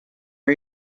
are